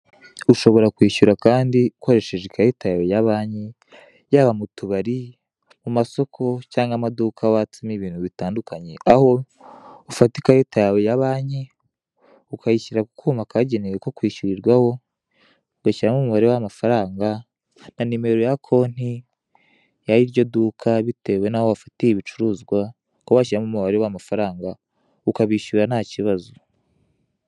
Ushobora kwishyura Kandi ukoresheje ikarita yawe ya banki yaba mu tubari ,mu masoko cyangwa amaduka watsemo ibintu bitandukanye. Aho ufate ikarita yawe ya banki ukayishyira mu Kuma kagenewe ko kwishyurirwaho ugashyiramo umubare w'amafaranga na nimero ya konti yiryo duka bitewe naho wafatiye ibicuruzwa, kuba washyiraho umubare w'amafaranga ukabishyura ntakibazo.